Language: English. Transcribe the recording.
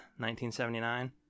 1979